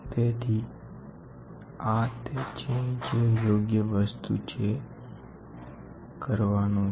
તેથી આ તે છે જે યોગ્ય વસ્તુ છે જે કરવાનું છે